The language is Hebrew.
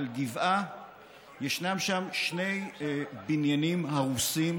על גבעה ישנם שני בניינים הרוסים,